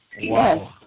yes